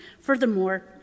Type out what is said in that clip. furthermore